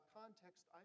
context